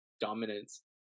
dominance